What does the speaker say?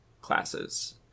classes